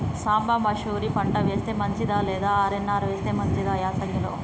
సాంబ మషూరి పంట వేస్తే మంచిదా లేదా ఆర్.ఎన్.ఆర్ వేస్తే మంచిదా యాసంగి లో?